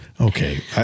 Okay